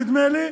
נדמה לי,